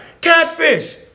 catfish